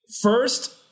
First